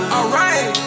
Alright